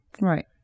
Right